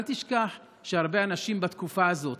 אל תשכח שהרבה אנשים בתקופה הזאת